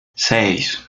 seis